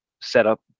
setup